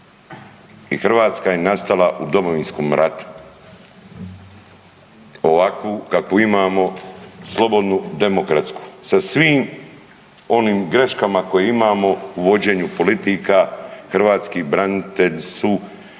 I Hrvatska je nastala u Domovinskom ratu ovakvu kakvu imamo slobodnu, demokratsku sa svim onim graškama koje imamo u vođenju politika hrvatski branitelji su